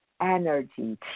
energy